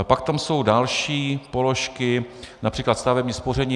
Pak tam jsou další položky, například stavební spoření.